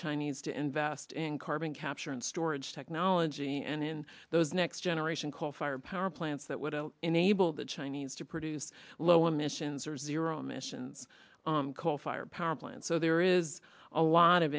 chinese to invest in carbon capture and storage technology and in those next generation call fire power plants that would enable the chinese to produce low emissions or zero emissions coal fired power plants so there is a lot of